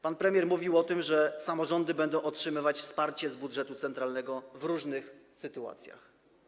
Pan premier mówił o tym, że samorządy będą otrzymywać wsparcie z budżetu centralnego w różnych sytuacjach.